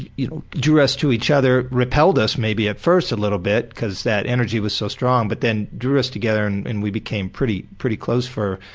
and you know drew us to each other, repelled us maybe at first a little bit, cause that energy was so strong, but then drew us together and and we become pretty pretty close for,